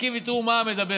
לשווקים ותראו על מה העם מדבר.